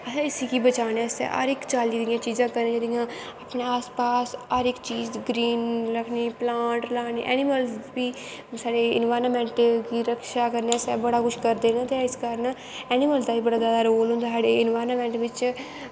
असैं इस गी बचानै आस्तै हर इक चाल्ली दियां चीज़ा करनियां अपनै आस पास हर इक चीज़ ग्रीन रक्खनी पलांट लाने ऐनिमल बी साढ़े इनवाईरनमैंट बी रक्षा करने आस्तै बड़ा किश करदे नै ते इस कारन ऐनीमलस दा बी बड़ा जादा रोल होंदा साढ़े इनवाईरनमैंट बिच्च